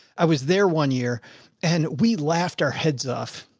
i was there one year and we laughed our heads off.